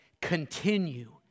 continue